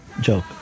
joke